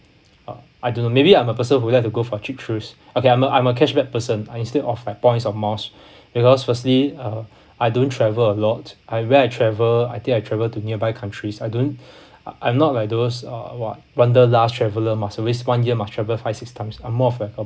uh I don't know maybe I'm a person who like to go for a cheap thrills okay I'm a I'm a cashback person I instead of like points or miles because firstly uh I don't travel a lot I where I travel I think I travel to nearby countries I don't I'm not like those uh what wanderlust traveller must always one year must travel five six times I'm more of like a